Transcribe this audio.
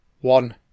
One